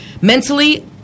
Mentally